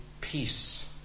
peace